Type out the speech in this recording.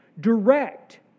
direct